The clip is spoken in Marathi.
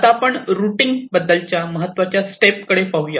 आता आपण रुटींग बद्दलच्या महत्त्वाच्या स्टेप कडे पाहूया